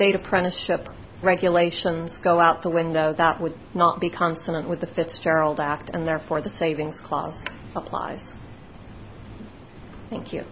state apprenticeship regulations go out the window that would not be consonant with the fitzgerald act and therefore the savings class applies thank you